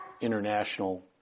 international